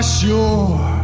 sure